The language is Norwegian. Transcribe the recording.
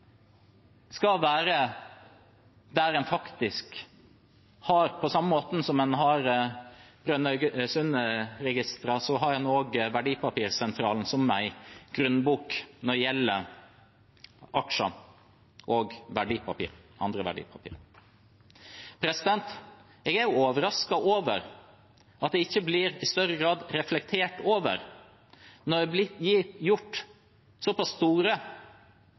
skal være der en faktisk har dette? På samme måten som en har Brønnøysundregistrene, har en Verdipapirsentralen som en grunnbok når det gjelder aksjer og andre verdipapir. Jeg er overrasket over at det ikke i større grad blir reflektert over det, når det blir gjort